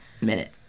minute